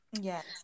yes